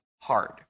hard